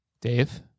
Dave